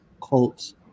Colts